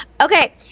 Okay